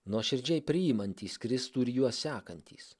nuoširdžiai priimantys kristų ir juos sekantys